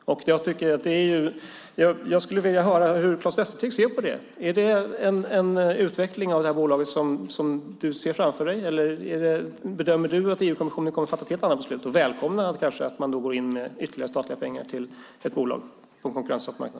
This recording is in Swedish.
Jag skulle vilja höra hur Claes Västerteg ser på det. Är det en utveckling av det här bolaget som du ser framför dig? Bedömer du att EU-kommissionen kommer att fatta ett helt annat beslut och välkomna att man går in med mer statliga pengar till ett bolag på en konkurrensutsatt marknad?